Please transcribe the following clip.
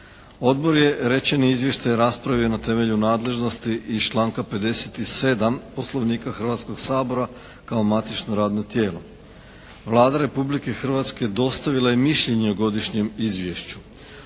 Odbor je rečeni izvještaj raspravio na temelju nadležnosti iz članka 57. Poslovnika Hrvatskoga sabora kao matično radno tijelo. Vlada Republike Hrvatske dostavila je mišljenje o godišnjem izvješću.